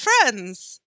friends